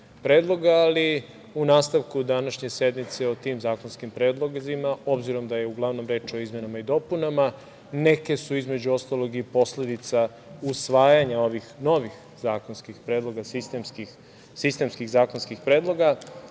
ali u nastavku današnje sednice o tim zakonskim predlozima, obzirom da je uglavnom reč o izmenama i dopunama, neke su između ostalog i posledica usvajanja ovih novih sistemskih zakonskih predloga,